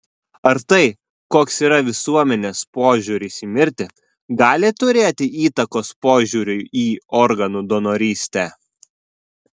ar tai koks yra visuomenės požiūris į mirtį gali turėti įtakos požiūriui į organų donorystę